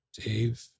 Dave